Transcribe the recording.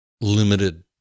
limited